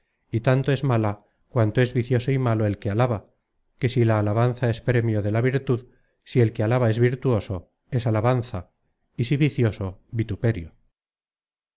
y tanto es mala cuanto es vicioso y malo el que alaba que si la alabanza es premio de la virtud si el que alaba es virtuoso es alabanza y si vicioso vituperio